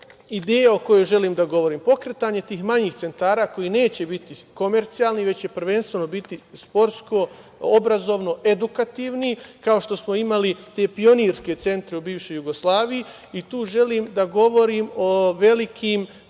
ideja o kojoj želim da govorim? Pokretanje tih manjih centara koji neće biti komercijalni već će prvenstveno biti sportsko-obrazovno edukativni, kao što smo imali te pionirske centre u bivšoj Jugoslaviji. Tu želim da govorim o velikim